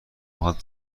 هات